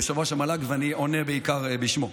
ואני עונה בעיקר בשמו,